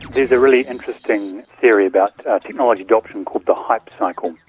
there's a really interesting theory about ah technology adoption called the hype cycle,